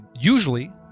usually